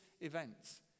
events